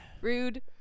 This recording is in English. rude